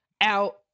Out